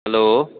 hello